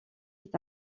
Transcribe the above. est